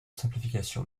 simplification